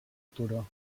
turó